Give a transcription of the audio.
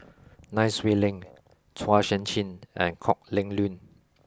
Nai Swee Leng Chua Sian Chin and Kok Heng Leun